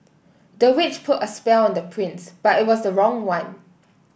the witch put a spell on the prince but it was the wrong one